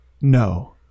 No